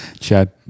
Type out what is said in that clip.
Chad